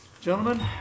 Gentlemen